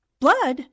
Blood